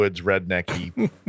rednecky